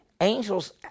Angels